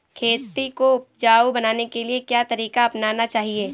खेती को उपजाऊ बनाने के लिए क्या तरीका अपनाना चाहिए?